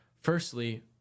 firstly